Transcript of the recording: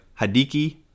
Hadiki